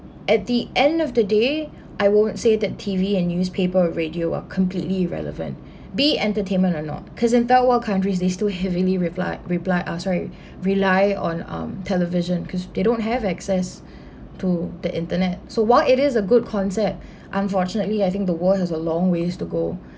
at the end of the day I won't say that T_V and newspaper or radio are completely irrelevant be it entertainment or not cause in third world countries they still heavily reply reply uh sorry rely on um television cause they don't have access to the internet so while it is a good concept unfortunately I think the world has a long ways to go